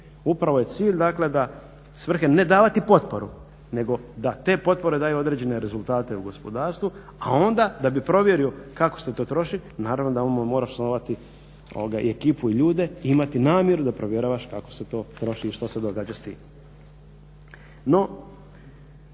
Upravo je cilj svrhe ne davati potporu nego da te potpore daju određene rezultate u gospodarstvu a onda da bi provjerio kako se to troši naravno da mu moraš osnovati i ekipu i ljude i imati namjeru da provjeravaš kako se to troši i što se događa s tim.